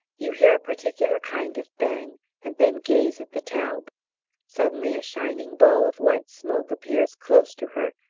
you hear a particular kind of bang and then gaze at the taube suddenly a shining ball of white smoke appears close to her,